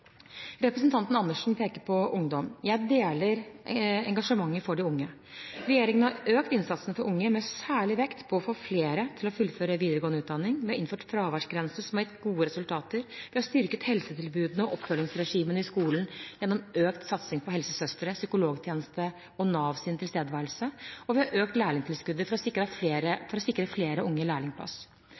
Representanten Andersen peker på ungdom. Jeg deler engasjementet for de unge. Regjeringen har økt innsatsen for unge, med særlig vekt på å få flere til å fullføre videregående utdanning. Vi har innført fraværsgrenser som har gitt gode resultater. Vi har styrket helsetilbudene og oppfølgingsregimene i skolen gjennom økt satsing på helsesøstre, psykologtjeneste og Navs tilstedeværelse. Og vi har økt lærlingtilskuddet for å sikre flere unge lærlingplass. Regjeringen har også viktige tiltak for